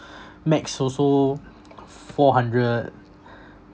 max also f~ four hundred